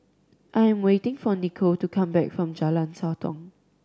I'm waiting for Nichole to come back from Jalan Sotong